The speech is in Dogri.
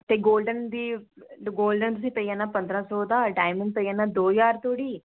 ते गोल्डन दी गोल्डन तुसेंगी पेई जाना पंदरां सौ दा डायमंड पेई जाना दो ज्हार धोड़ी